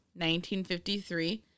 1953